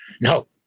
no